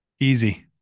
easy